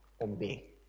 obey